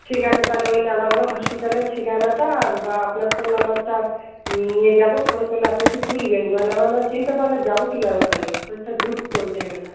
ঠিক আছে তাহলে ওই নানাগোলা হসপিটালের ঠিকানাটা আর বা আপনার ফোন নম্বরটা নিয়ে যাবো ফোন করলে আপনি একটু তুলবেন মানে আমার না চিনতে পারলে যাবো কী আর ওখানে অনেকটা দূর তো ওই জায়গাটা